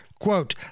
Quote